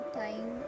time